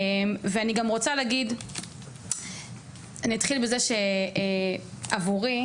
אני אתחיל בזה שעבורי